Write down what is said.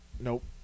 Nope